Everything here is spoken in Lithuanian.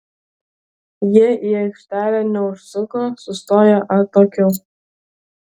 jie į aikštelę neužsuko sustojo atokiau